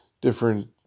different